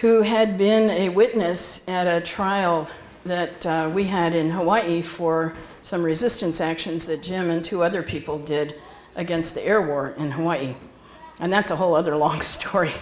who had been a witness at a trial that we had in hawaii for some resistance actions that jim and two other people did against the air war in hawaii and that's a whole other long story